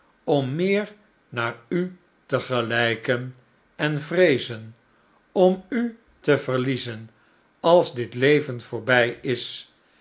om meer naar u te gelijken en vreezen om u te verliezen als dit leven voorbij is